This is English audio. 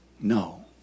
no